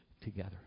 together